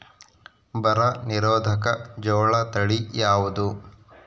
ಬರ ನಿರೋಧಕ ಜೋಳ ತಳಿ ಯಾವುದು?